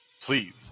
Please